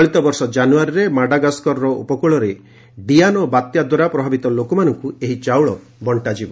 ଚଳିତବର୍ଷ ଜାନୁୟାରୀରେ ମାଡାଗାସ୍କର ଉପକୂଳରେ ଡିଆନେ ବାତ୍ୟା ଦ୍ୱାରା ପ୍ରଭାବିତ ଲୋକମାନଙ୍କୁ ଏହି ଚାଉଳ ବଣ୍ଟାଯିବ